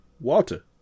Walter